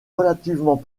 relativement